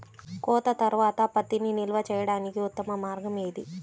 కోత తర్వాత పత్తిని నిల్వ చేయడానికి ఉత్తమ మార్గం ఏది?